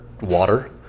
water